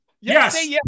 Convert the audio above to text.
Yes